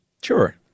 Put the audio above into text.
Sure